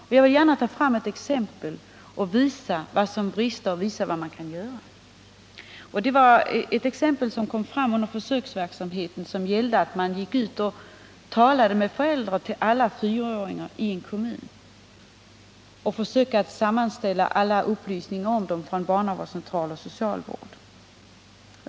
Jag vill gärna ta ett exempel som visar vad som brister och vad man kan göra. Under en försöksverksamhet i en kommun talade man med föräldrarna till alla fyraåringar. Man försökte sedan sammanställa alla upplysningar om dem från barnavårdscentral och socialvård.